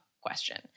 question